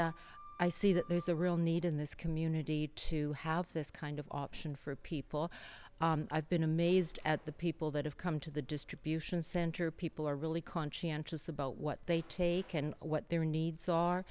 and i see that there's a real need in this community to have this kind of option for people i've been amazed at the people that have come to the distribution center people are really conscientious about what they take and what their needs are